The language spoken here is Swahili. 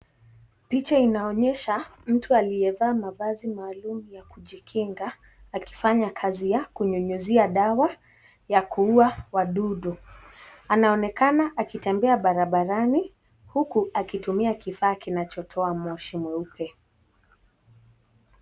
Picha inaonyesha mtu aliyevaa mavazi maalum ya kujikinga, akifanya kazi ya kunyunyuzia dawa ya kuua wadudu. Anaonekana akitembea barabarani huku akitumia kifaa kinachotoa moshi mweupe.